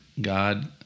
God